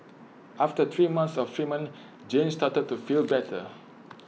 after three months of treatment Jane started to feel better